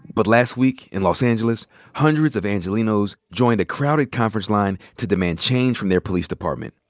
but last week in los angeles hundreds of angelinos joined a crowded conference line to demand change from their police department.